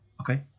okay